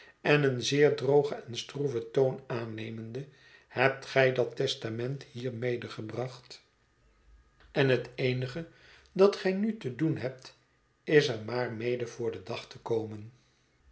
en een zeer drogen en stroeven toon aannemende hebt gij dat testament hier medegebracht en het eenige dat gij nu te doen hebt is er maar mede voor den dag te komen